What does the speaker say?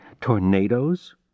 tornadoes